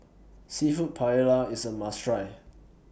Seafood Paella IS A must Try